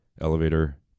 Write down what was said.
elevator